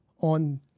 on